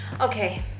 Okay